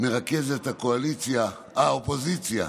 מרכזת האופוזיציה,